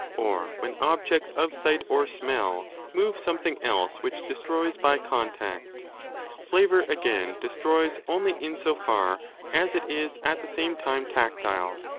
or when objects of sight or smell move something else which destroys by contact flavour, again, destroys only in so far as it is at the same time tactile.